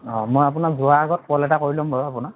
অঁ মই আপোনাক যোৱাৰ আগত কল এটা কৰি ল'ম বাৰু আপোনাক